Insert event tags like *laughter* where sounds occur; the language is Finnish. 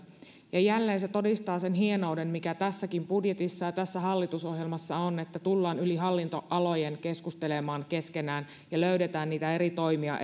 ja jälleen se todistaa sen hienouden mikä tässäkin budjetissa ja tässä hallitusohjelmassa on että tullaan yli hallintoalojen keskustelemaan keskenään ja löydetään niitä eri toimia *unintelligible*